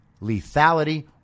lethality